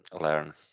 learn